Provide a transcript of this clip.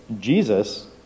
Jesus